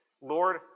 Lord